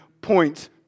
points